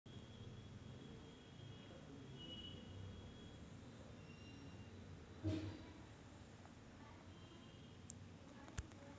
सार्वभौम राज्य किंवा देश स्थानिक सरकारी कंपनी किंवा वैयक्तिक स्टॉक ट्रेडर यांच्याकडून कर्ज देणे शक्य आहे